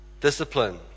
discipline